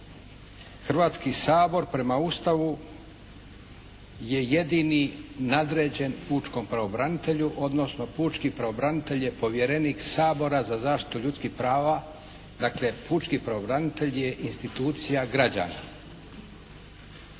Hrvatski sabor prema Ustavu je jedini nadređen pučkom pravobranitelju, odnosno pučki pravobranitelj je povjerenik Sabora za zaštitu ljudskih prava. Dakle pučki pravobranitelj je institucija građana.